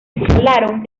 instalaron